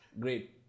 Great